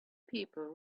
people